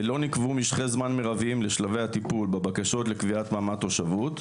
לא נקבעו משכי זמן מרביים לשלבי הטיפול בבקשות לקביעת מעמד תושבות.